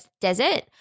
desert